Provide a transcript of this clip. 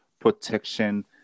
protection